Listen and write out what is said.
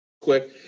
quick